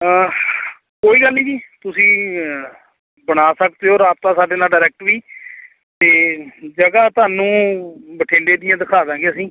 ਕੋਈ ਗੱਲ ਨਹੀਂ ਜੀ ਤੁਸੀਂ ਬਣਾ ਸਕਦੇ ਹੋ ਰਾਬਤਾ ਸਾਡੇ ਨਾਲ ਡਾਇਰੈਕਟ ਵੀ ਅਤੇ ਜਗ੍ਹਾ ਤੁਹਾਨੂੰ ਬਠਿੰਡੇ ਦੀਆਂ ਦਿਖਾ ਦਾਂਗੇ ਅਸੀਂ